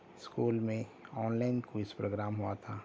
school میں online quiz program ہوا تھا